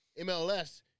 MLS